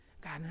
God